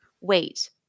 wait